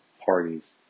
parties